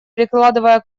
прикладывая